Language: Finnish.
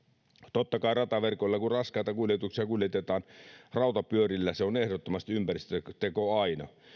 totta kai rataverkoilla kun raskaita kuljetuksia kuljetetaan rautapyörillä se on ehdottomasti ympäristöteko aina